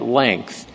length